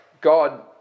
God